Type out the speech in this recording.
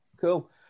cool